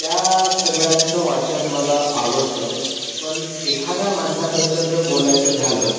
त्या सगळ्यांचं वाचन मला आवडतं पण एखाद्या माणसाबद्दल जर बोलायचं झालं